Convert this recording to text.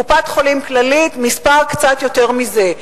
ובקופת-חולים "כללית" המספר הוא קצת יותר מזה.